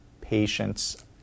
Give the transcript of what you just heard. patients